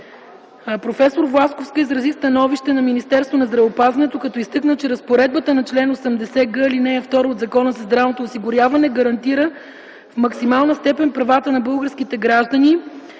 Мила Власковска изрази становището на Министерството на здравеопазването, като изтъкна, че разпоредбата на чл. 80 г, ал. 2 от Закона за здравното осигуряване гарантира в максимална степен правата на българските граждани